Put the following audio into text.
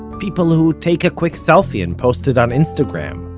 people who take a quick selfie and post it on instagram.